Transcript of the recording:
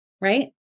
Right